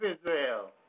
Israel